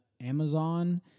Amazon